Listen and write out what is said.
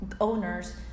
owners